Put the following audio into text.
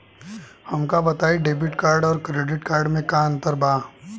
हमका बताई debit card और क्रेडिट कार्ड में का अंतर बा?